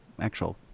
actual